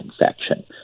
infection